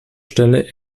stelle